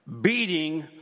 beating